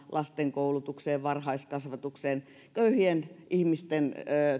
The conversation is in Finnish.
lasten koulutukseen varhaiskasvatukseen köyhien ihmisten